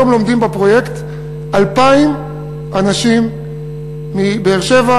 היום לומדים בפרויקט 2,000 אנשים מבאר-שבע,